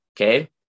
Okay